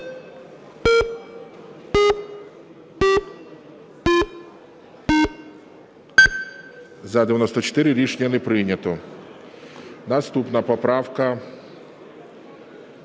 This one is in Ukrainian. За-94 Рішення не прийнято. Наступна поправка